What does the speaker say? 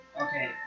Okay